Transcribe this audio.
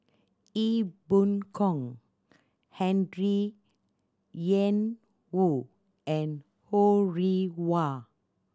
Ee Boon Kong Henry Ian Woo and Ho Rih Hwa